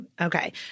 Okay